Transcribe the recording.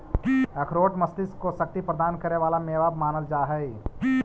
अखरोट मस्तिष्क को शक्ति प्रदान करे वाला मेवा मानल जा हई